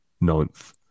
ninth